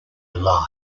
alive